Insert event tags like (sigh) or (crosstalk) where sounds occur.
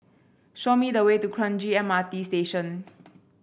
show me the way to Kranji M R T Station (noise)